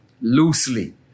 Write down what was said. loosely